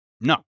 No